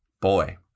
boy